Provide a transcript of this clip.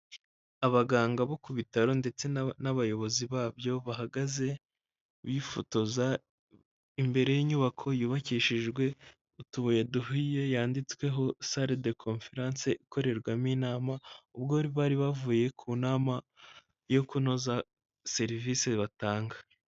Abaganga bo ku bitaro ndetse n'abayobozi babyo bahagaze bifotoza imbere y'inyubako yubakishijwe utubuye duhiye yanditsweho Sale de conference ikorerwamo inama, ubwo bari bavuye ku nama yo kunoza serivise batanga.